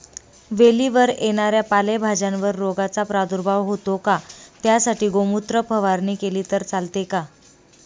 वेलीवर येणाऱ्या पालेभाज्यांवर रोगाचा प्रादुर्भाव होतो का? त्यासाठी गोमूत्र फवारणी केली तर चालते का?